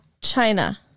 china